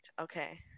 Okay